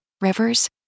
rivers